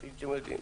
כפי שאתם יודעים.